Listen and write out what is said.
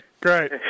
great